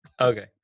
Okay